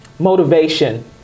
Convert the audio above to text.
motivation